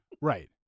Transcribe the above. Right